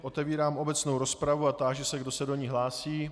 Otevírám obecnou rozpravu a táži se, kdo se do ní hlásí.